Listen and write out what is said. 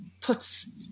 puts